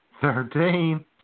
Thirteen